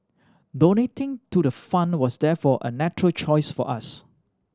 donating to the fund was therefore a natural choice for us